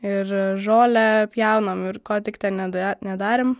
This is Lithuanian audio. ir žolę pjaunam ir ko tik ten neda nedarėm